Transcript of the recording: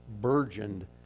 burgeoned